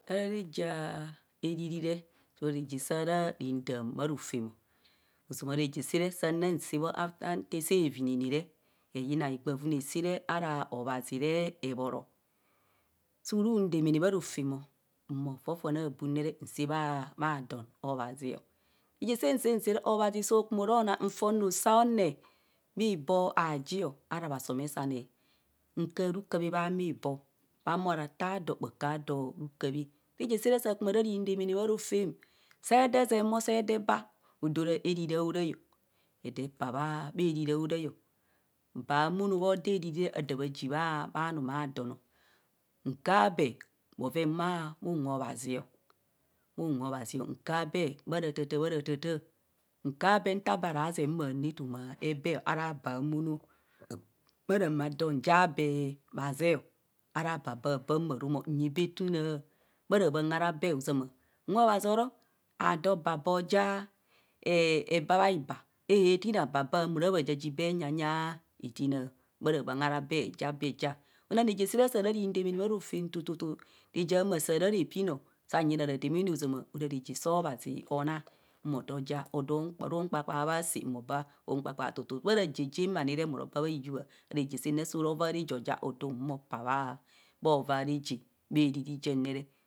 Ara reje ariri re ora reje saa ra ri daam bha rofemo. Ozama reje saa re saa na saa bho after ntar saa vinene re eyina higba vune si re ara obhazi re ebhoro. suru damaana bha rofem onhumo fofone aabum ne re nsaa bha don obhazio reje saan sare obhazi soro naa nfin rodo aeneh bhiboo aaje o ara bha somesane nka rukabhe bha miboo bha humo rato aado bha kạạ doo rukaabhae reje saa re ri damaana bha rofem see dee zemo see dee baa odoo ra an iri aaroi o edee pss bhaa ariri aaroi o bahumono bho doo ariri adaa ji bha numea don nkạạ bee bhoven munwe obhazi o, bhu nwe obhazi nkạạ bee bha ratata bha ratata, nkạạ bee nta bee ara zee bha rotata bha ratata. nkạạ bee nta bee ara zee bha nu etoma ebee araa bahumuno bha ramaadon ja bee bha zee ara baa babha bạạn bharom o nyi bee etu maa bha rabasn ara bee ozama unwe obhazi oro odoo baa bee bas baibas ehee tinna bamuna jaji bee enyanyss etinna ba ramaan ara bee eja bee ja ona reje daa re saa ra ri damaana bho rofem tututu rejr amas saa ra te piino. sanyina radaamana ozama ora reje soo obhazi anaa anas mo do ja nkpakpas bha saa mo baa bha raje un kpakpaa tutu bha raje jem anĩ re oro ba bha iyubha raje saan ne soo ra ovai araje bha riri jen ne re